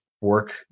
work